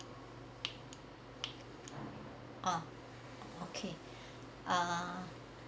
ah okay uh